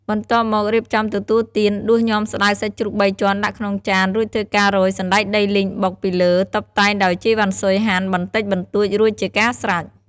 បន្ទាប់មករៀបចំទទួលទានដួសញាំស្តៅសាច់ជ្រូកបីជាន់ដាក់ក្នុងចាន រួចធ្វើការរោយ សណ្ដែកដីលីងបុក ពីលើ តុបតែងដោយ ជីរវ៉ាន់ស៊ុយហាន់ បន្តិចបន្តួចរួចជាការស្រេច។